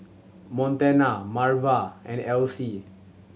Montana Marva and Elsie